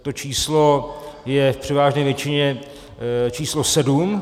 To číslo je v převážné většině číslo 7.